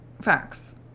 facts